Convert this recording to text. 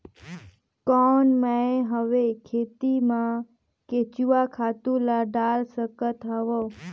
कौन मैं हवे खेती मा केचुआ खातु ला डाल सकत हवो?